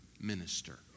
minister